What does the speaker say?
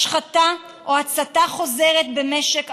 השחתה או הצתה חוזרת במשק,